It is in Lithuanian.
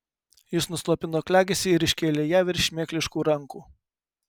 jis nuslopino klegesį ir iškėlė ją virš šmėkliškų rankų